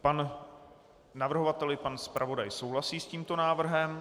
Pan navrhovatel i pan zpravodaj souhlasí s tímto návrhem.